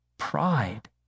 pride